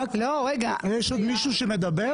יש עוד מישהו שמדבר?